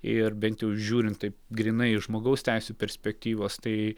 ir bent jau žiūrint taip grynai iš žmogaus teisių perspektyvos tai